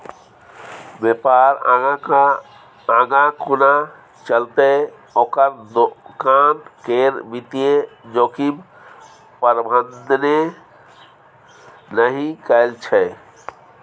बेपार आगाँ कोना चलतै ओकर दोकान केर वित्तीय जोखिम प्रबंधने नहि कएल छै